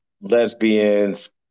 lesbians